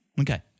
Okay